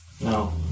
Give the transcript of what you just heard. No